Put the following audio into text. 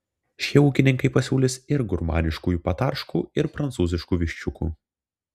šie ūkininkai pasiūlys ir gurmaniškųjų patarškų ir prancūziškų viščiukų